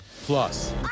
Plus